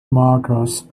markers